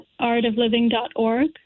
artofliving.org